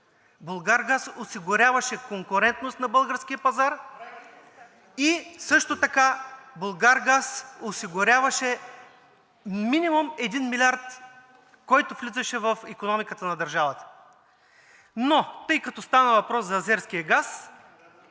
„Булгаргаз“ осигуряваше конкурентност на българския пазар и също така „Булгаргаз“ осигуряваше минимум един милиард, който влизаше в икономиката на държавата. Но тъй като стана въпрос за азерския газ,